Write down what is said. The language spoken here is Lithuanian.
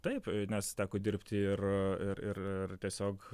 taip nes teko dirbti ir ir ir ir tiesiog